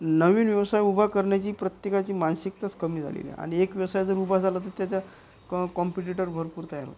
नवीन व्यवसाय उभा करण्याची प्रत्येकाची मानसिकताच कमी झालेली आहे आणि एक व्यवसाय जर उभा झाला तर त्याच्या कॉम कॉम्पिटिटर भरपूर तयार होतात